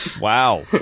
Wow